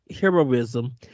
heroism